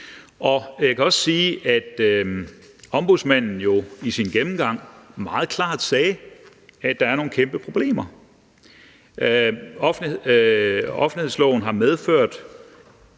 Jeg kan også sige, at Ombudsmanden jo i sin gennemgang meget klart sagde, at offentlighedsloven har medført